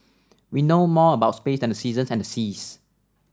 we know more about space than the seasons and the seas